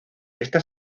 esta